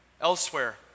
Elsewhere